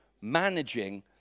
managing